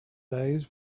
days